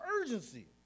urgency